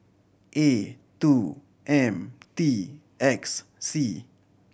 A two M T X C